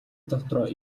дотроо